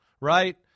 Right